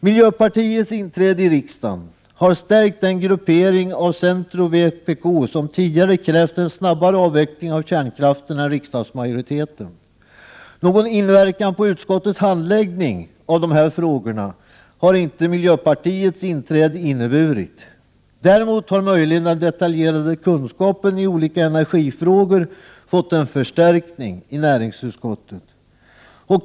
Miljöpartiets inträde i riksdagen har stärkt den gruppering av centern och vpk, som tidigare krävt en snabbare avveckling av kärnkraften än riksdagsmajoriteten. Någon inverkan på utskottets handläggning av dessa frågor har inte miljöpartiets inträde inneburit. Däremot har möjligen den detaljerade kunskapen i olika energifrågor fått en förstärkning i näringsutskottet.